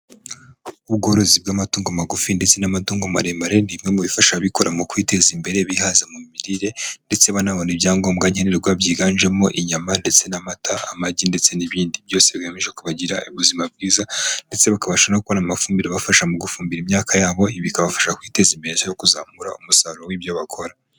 Ubworozi bw'amatungo magufi ndetse n'amatungo maremare ni bimwe mu bifasha abikora mu kwiteza imbere bihaza mu mirire ndetse banabona ibyangombwa nkenerwa byiganjemo inyama ndetse n'amata, amagi ndetse n'ibindi byose bigamije kubagira ubuzima bwiza ,ndetse bakabasha no kubona amafumbire ibafasha mu gufumbira imyaka yabo bikabafasha kwiteza imbereho kuzamura umusaruro w'ibyo bakora.